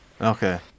Okay